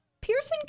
Pearson